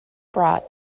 brought